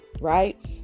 right